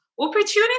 opportunity